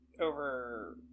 over